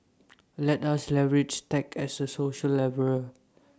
let us leverage tech as A social leveller